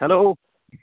hello